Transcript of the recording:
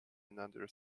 another